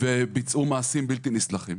וביצעו מעשים בלתי נסלחים.